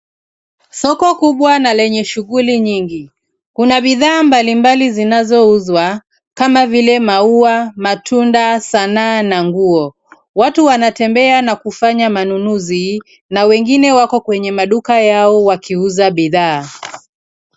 Soko kubwa na lenye shughuli nyingi. Kuna bidhaa mbalimbali zinazouzwa kama vile maua, matunda, sanaa na nguo. Watu wanatembea na kufanya manunuzi na wengine wako kwenye maduka yao wakiuza bidhaa.